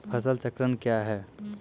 फसल चक्रण कया हैं?